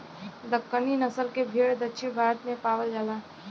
दक्कनी नसल के भेड़ दक्षिण भारत में पावल जाला